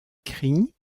cri